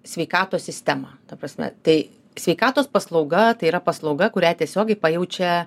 sveikatos sistemą ta prasme tai sveikatos paslauga tai yra paslauga kurią tiesiogiai pajaučia